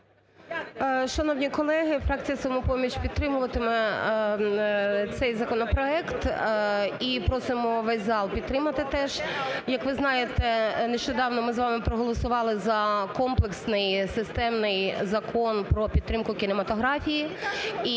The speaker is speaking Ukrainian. Шановні колеги, фракція "Самопоміч" підтримуватиме цей законопроект і просимо весь зал підтримати теж. Як ви знаєте, нещодавно ми з вами проголосували за комплексний системний Закон про підтримку кінематографії,